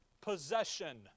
possession